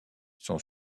son